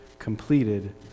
completed